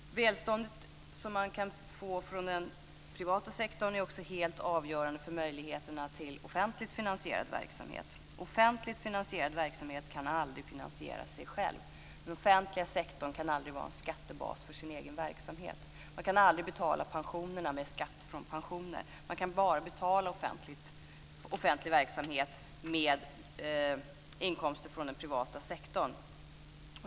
Det välstånd som man kan få från den privata sektorn är också helt avgörande för möjligheterna till offentligt finansierad verksamhet. Offentligt finansiserad verksamhet kan aldrig finansiera sig själv. Den offentliga sektorn kan aldrig vara en skattebas för sin egen verksamhet. Man kan aldrig betala pensionerna med skatt från pensioner. Man kan bara betala offentlig verksamhet med inkomster från den privata sektorn.